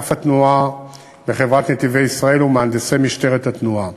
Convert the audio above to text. אגף התנועה בחברת "נתיבי ישראל" ומהנדסי משטרת התנועה.